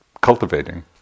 cultivating